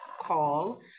call